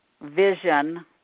vision